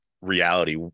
reality